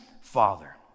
father